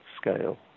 scale